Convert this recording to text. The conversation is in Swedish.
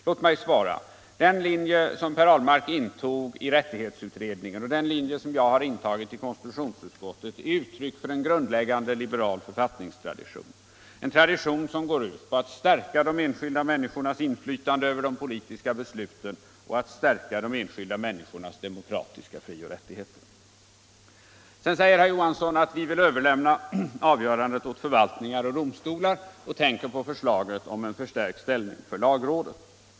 Låt mig svara: Den linje som Per Ahlmark hävdade i rättighetsutredningen och den linje som jag har hävdat i konstitutionsutskottet är uttryck fören grundläggande liberal författningstradition, en tradition som går ut på att stärka de enskilda människornas inflytande över de politiska besluten och att stärka de enskilda människornas demokratiska frioch rättigheter. Sedan säger herr Johansson att vi vill överlämna avgörandet åt förvaltningar och domstolar och tänker på förslaget om en förstärkt ställning för lagrådet.